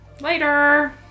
Later